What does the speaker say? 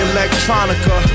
Electronica